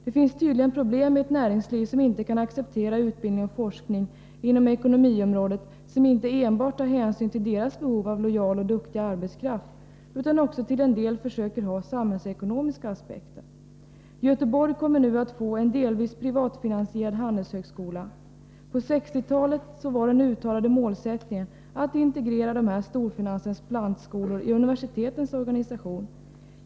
Det finns tydligen problem med ett näringsliv där man inte kan acceptera utbildning och forskning inom ekonomiområdet som inte enbart tar hänsyn till näringslivets behov av lojal och duktig arbetskraft utan också till en del försöker anlägga samhällsekonomiska aspekter. Göteborg kommer nu att få en delvis privatfinansierad handelshögskola. På 1960-talet var den uttalade målsättningen att integrera dessa storfinansens plantskolor i universitetens organisation.